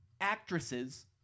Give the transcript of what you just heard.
actresses